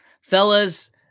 Fellas